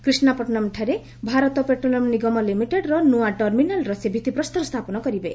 କ୍ରିଷ୍ଣପଟନମଠାରେ Bharat petroleum ନିଗମ ଲିମିଟେଡ୍ର ନୂଆ ଟରମିନାଲର ସେ ଭିଭିପ୍ରସ୍ତର ସ୍ଥାପନ କରିବେ